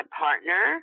partner